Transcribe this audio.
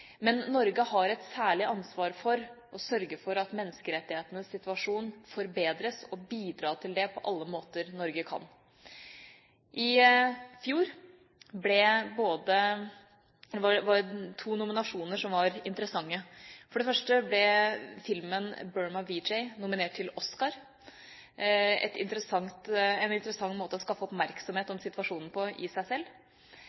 Men Norge har et særlig ansvar for å sørge for at menneskerettighetenes situasjon forbedres og å bidra til det på alle måter Norge kan. I fjor var det to nominasjoner som var interessante. For det første ble filmen Burma VJ nominert til Oscar – en interessant måte å skape oppmerksomhet